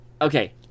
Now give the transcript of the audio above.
Okay